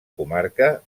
comarca